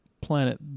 planet